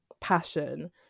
passion